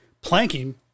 planking